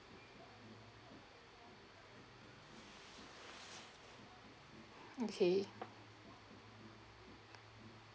okay